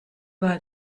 wahl